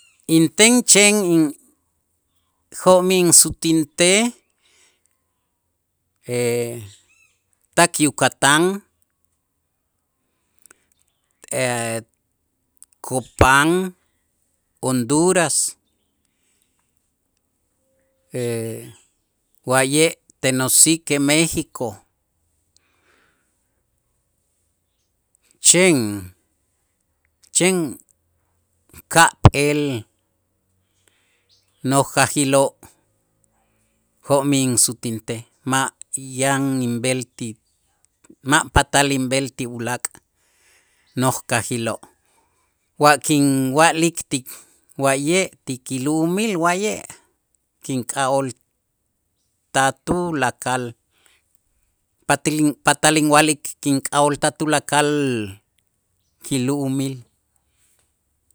Inten chen in jo'mij insutintej tak Yucatán, Copan, Honduras wa'ye' tenosique, Mexico chen chen ka'p'eel noj jajiloo' jo'mij insutintej ma' yan inb'el ti ma' patal inb'el ti ulaak' noj kajiloo' wa kinwa'lik tik wa'ye' ti kilu'umil wa'ye' kink'a'ool ta' tulakal patil patal inwa'lik kink'a'ool ta' tulakal kilu'umil.